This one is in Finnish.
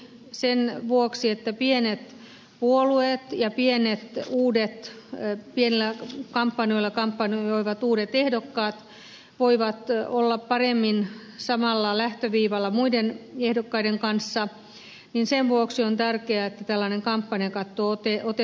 sen vuoksi että pienet puolueet ja pienillä kampanjoilla kampanjoivat uudet ehdokkaat voivat olla paremmin samalla lähtöviivalla muiden ehdokkaiden kanssa on tärkeää että tällainen kampanjakatto otettaisiin